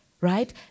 right